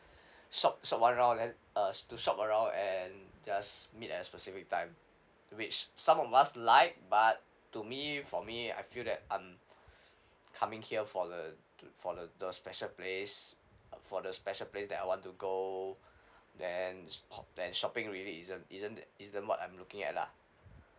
shop shop one round then uh to shop around and just meet at a specific time which some of us like but to me for me I feel that um coming here for the for the the special place for the special place that I want to go then then shopping really isn't isn't isn't what I'm looking at lah